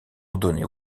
ordonné